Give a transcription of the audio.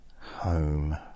Home